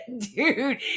Dude